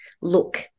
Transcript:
look